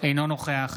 אינו נוכח